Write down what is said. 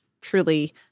truly